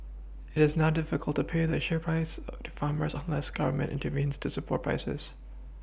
it is now difficult to pay the assured price to farmers unless Government intervenes to support prices